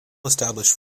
established